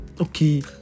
okay